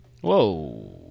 Whoa